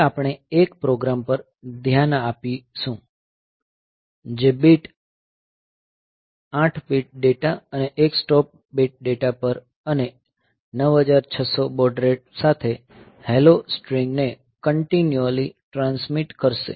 હવે આપણે એક પ્રોગ્રામ પર ધ્યાન આપીશું જે 8 બીટ ડેટા અને 1 સ્ટોપ બિટ ડેટા પર અને 9600 બૉડ રેટ સાથે હેલો સ્ટ્રિંગ ને કંટીન્યુલી ટ્રાન્સમીટ કરશે